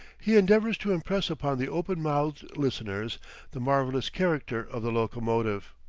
he endeavors to impress upon the open-mouthed listeners the marvellous character of the locomotive.